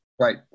Right